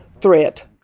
threat